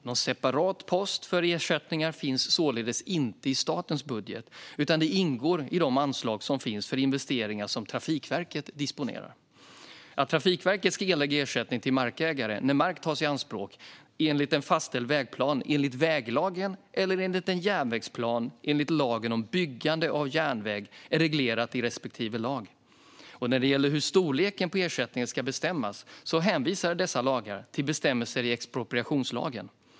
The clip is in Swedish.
Någon separat post för ersättningar finns således inte i statens budget, utan det ingår i de anslag för investeringar som Trafikverket disponerar. Att Trafikverket ska erlägga ersättning till markägare när mark tas i anspråk enligt en fastställd vägplan enligt väglagen eller en järnvägsplan enligt lagen om byggande av järnväg är reglerat i respektive lag. När det gäller hur storleken på ersättningen ska bestämmas hänvisar dessa lagar till bestämmelser i expropriationslagen.